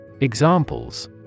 Examples